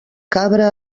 cabra